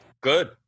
Good